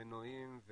מנועים,